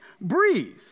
breathe